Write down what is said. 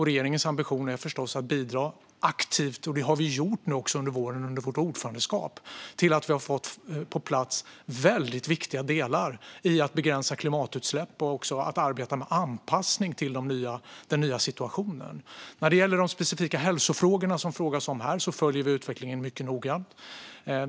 Regeringens ambition är förstås att bidra aktivt - vilket vi också gjort nu under våren, under Sveriges ordförandeskap - till att få på plats viktiga delar i att begränsa klimatutsläpp och arbeta med anpassning till den nya situationen. När det gäller de specifika hälsofrågor som frågas om här följer vi utvecklingen mycket noga.